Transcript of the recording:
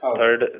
third